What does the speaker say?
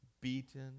beaten